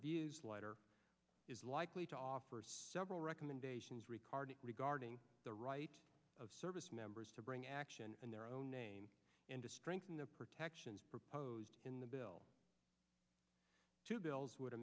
views latter is likely to offer several recommendations regarding regarding the rights of service members to bring action in their own name and to strengthen the protections proposed in the bill two bills would